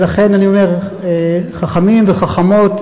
ולכן אני אומר: חכמים וחכמות,